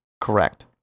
Correct